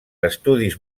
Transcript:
estudis